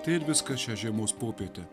tai ir viskas šią žiemos popietę